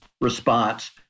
response